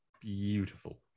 beautiful